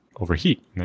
overheat